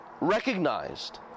recognized